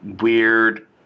weird